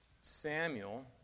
Samuel